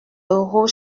euros